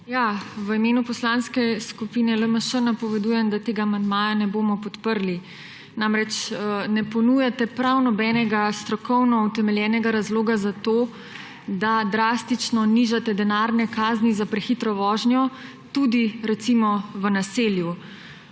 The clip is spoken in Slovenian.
V imenu Poslanske skupine LMŠ napovedujem, da tega amandmaja ne bomo podprli. Namreč, ne ponujate prav nobenega strokovno utemeljenega razloga za to, da drastično nižate denarne kazni za prehitro vožnjo, tudi recimo v naselju.